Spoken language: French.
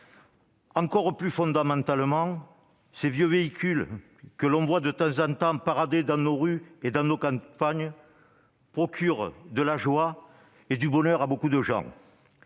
argument fondamental, ces vieux véhicules que l'on voit de temps en temps parader dans nos rues et dans nos campagnes procurent de la joie et du bonheur non seulement